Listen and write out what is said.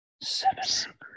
Seven